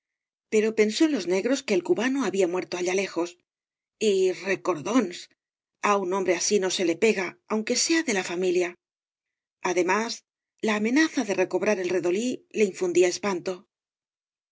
pero pensó en los negros que el cubano había muerto allá lejos y jrecor'dónst á un hombre así no se le pega aunque sea de la familia además la amenaza de recobrar el redolí le infundía espauto el